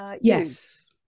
Yes